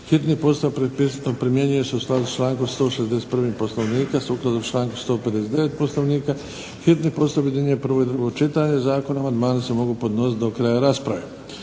Hitni postupak primjenjuje se u skladu s člankom 161. Poslovnika. Sukladno članku 159. Poslovnika hitni postupak objedinjuje prvo i drugo čitanje zakona. Amandmani se mogu podnositi do kraja rasprave.